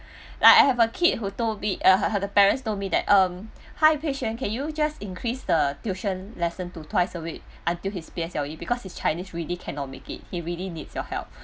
like I have a kid who told me uh the parents told me that um hi pei xuan can you just increase the tuition lesson to twice a week until his P_S_L_E because his chinese really cannot make it he really needs your help